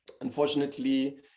unfortunately